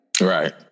Right